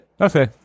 Okay